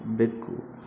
ಬೆಕ್ಕು